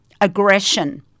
aggression